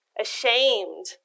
ashamed